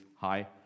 high